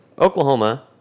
Oklahoma